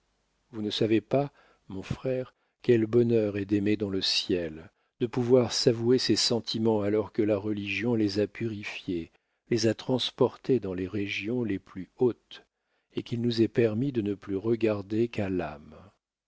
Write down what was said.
vous ne savez pas mon frère quel bonheur est d'aimer dans le ciel de pouvoir s'avouer ses sentiments alors que la religion les a purifiés les a transportés dans les régions les plus hautes et qu'il nous est permis de ne plus regarder qu'à l'âme